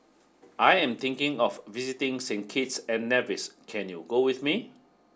I am thinking of visiting Saint Kitts and Nevis can you go with me